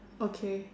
okay